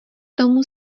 tomu